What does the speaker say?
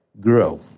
grow